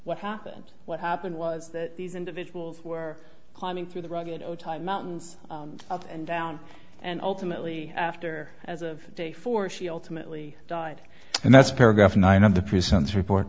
what happened what happened was that these individuals were climbing through the rugged mountains up and down and ultimately after as a day for she ultimately died and that's paragraph nine of the prisons report